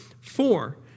four